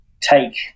take